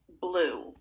Blue